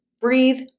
breathe